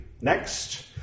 Next